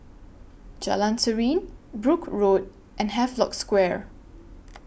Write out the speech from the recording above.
Jalan Serene Brooke Road and Havelock Square